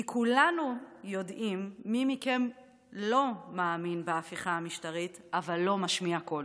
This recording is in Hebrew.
כי כולנו יודעים מי מכם לא מאמין בהפיכה המשטרית אבל לא משמיע קול,